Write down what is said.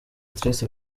stress